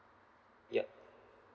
yup